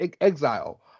exile